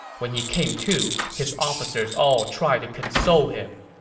when he came to, his officers all tried to console him